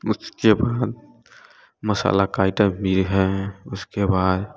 उसके बाद मसाले का आइटम भी है उसके बाद